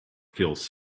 feels